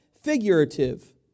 figurative